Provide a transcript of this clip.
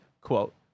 quote